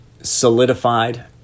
Solidified